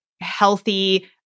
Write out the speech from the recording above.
healthy